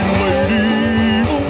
lady